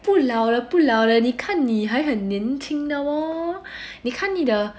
不老了不老了你看你还很年轻的你看你的